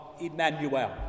Emmanuel